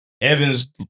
Evans